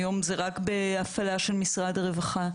היום זה רק בהפעלה של משרד הרווחה,